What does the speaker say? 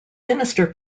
minister